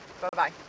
Bye-bye